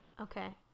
Okay